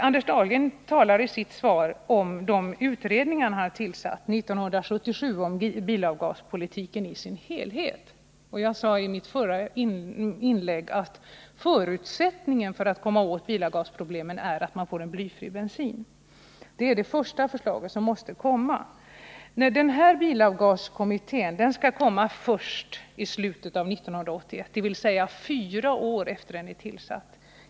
Anders Dahlgren skriver i sitt svar om de utredningar som han tillsatte 1977, bl.a. den som har i uppdrag att se över bilavgaspolitiken i dess helhet. I mitt förra inlägg sade jag att förutsättningen för att komma åt bilavgasproblemen är att man får blyfri bensin. Det är det första som måste genomföras. Bilavgaskommittén räknar med att lägga fram sina förslag först i slutet av 1981, dvs. fyra år efter det att den tillsattes.